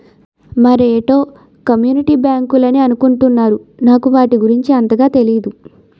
మరేటో కమ్యూనిటీ బ్యాంకులని అనుకుంటున్నారు నాకు వాటి గురించి అంతగా తెనీదు